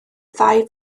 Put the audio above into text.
ddau